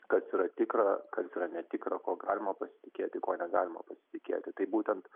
kas yra tikra kas yra netikra ko galima pasitikėti ko negalima pasitikėti tai būtent